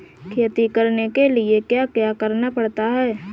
खेती करने के लिए क्या क्या करना पड़ता है?